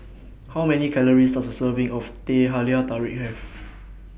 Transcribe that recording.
How Many Calories Does A Serving of Teh Halia Tarik Have